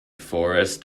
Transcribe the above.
forest